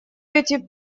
эти